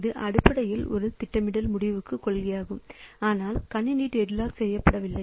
இது அடிப்படையில் ஒரு திட்டமிடல் முடிவுக் கொள்கையாகும் ஆனால் கணினி டெட்லாக் செய்யப்படவில்லை